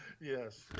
Yes